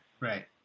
Right